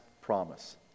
promise